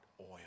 oil